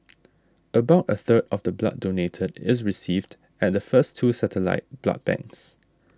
about a third of the blood donated is received at the first two satellite blood banks